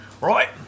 right